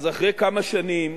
אז אחרי כמה שנים